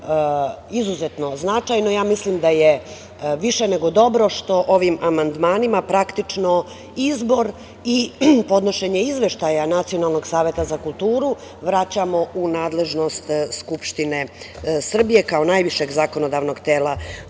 izuzetno značajno. Mislim da je više nego dobro što ovim amandmanima praktično izbor i podnošenje izveštaja Nacionalnog saveta za kulturu vraćamo u nadležnost Skupštine Srbije, kao najvišeg zakonodavnog tela